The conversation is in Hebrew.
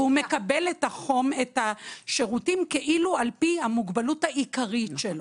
והוא מקבל את השירותים כאילו על פי המוגבלות העיקרית שלי.